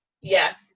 yes